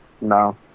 No